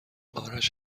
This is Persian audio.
آرش